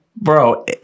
Bro